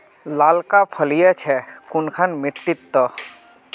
लालका फलिया छै कुनखान मिट्टी त?